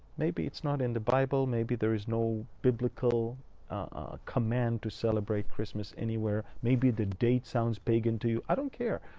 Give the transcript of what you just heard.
maybe it's not in the bible. maybe there is no biblical command to celebrate christmas anywhere. maybe the date sounds pagen to you. i don't care.